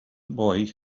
boy